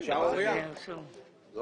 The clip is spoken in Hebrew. זה לא בסדר.